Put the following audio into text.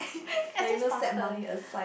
I just started